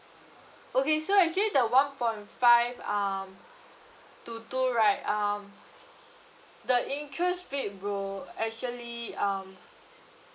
okay so actually the one point five um to two right um the interest rate will actually um